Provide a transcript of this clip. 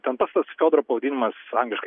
ten pats tas fiodoro pavadinimas angliškai